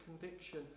conviction